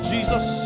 Jesus